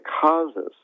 causes